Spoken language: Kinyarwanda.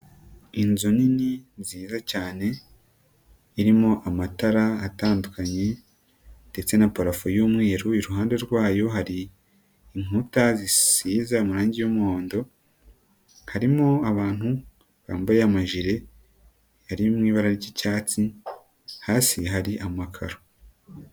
Inzu nini nziza cyane, irimo amatara atandukanye ndetse na parafu yu'mweru, iruhande rwayo hari inkuta zisiza amarangi y'umuhondo, harimo abantu bambaye amajire ari mu ibara ry'icyatsi, hasi hari amakaro.